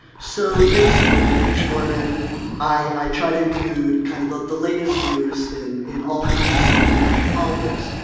so, basically each morning i, i try to include kind of ah the, the latest news in, in all kinds of forms of national politics,